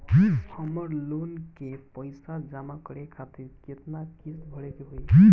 हमर लोन के पइसा जमा करे खातिर केतना किस्त भरे के होई?